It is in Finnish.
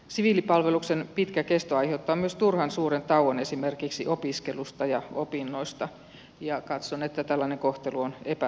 siviilipalveluksen pitkä kesto aiheuttaa myös turhan suuren tauon esimerkiksi opiskelusta ja opinnoista ja katson että tällainen kohtelu on epätasa arvoista